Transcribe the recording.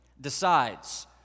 decides